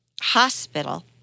hospital